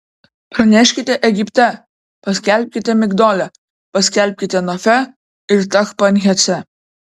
praneškite egipte paskelbkite migdole paskelbkite nofe ir tachpanhese